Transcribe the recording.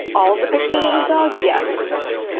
all of the pictures of the dog. yes. presentence,